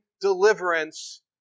deliverance